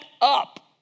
up